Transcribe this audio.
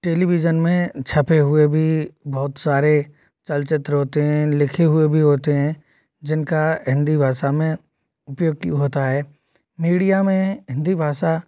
television में छपे हुए भी बहुत सारे चलचित्र होते हैं लिखे हुए भी होते हैं जिनका हिंदी भाषा में उपयोग होता है मीडिया में हिंदी भाषा